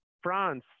France